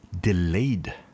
delayed